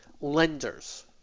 lenders